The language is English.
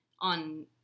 on